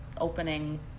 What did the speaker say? opening